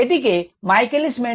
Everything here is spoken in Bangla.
এটি Michaelis - Menten সমিকরন